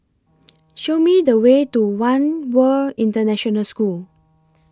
Show Me The Way to one World International School